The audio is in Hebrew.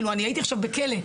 אני הייתי עכשיו בכלא.